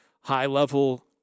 high-level